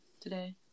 today